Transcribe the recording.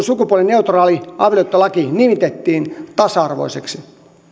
sukupuolineutraali avioliittolaki nimitettiin tasa arvoiseksi